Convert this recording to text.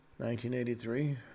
1983